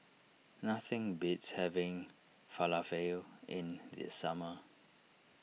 nothing beats having Falafel in the summer